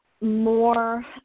more